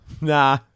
Nah